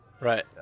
Right